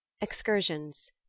excursions